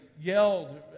yelled